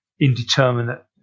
indeterminate